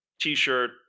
t-shirt